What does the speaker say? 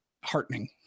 heartening